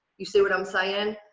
you see what i'm saying?